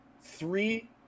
three